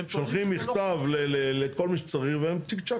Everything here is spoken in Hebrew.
שולחים מכתב לכל מי שצריך והם צ'יק צ'ק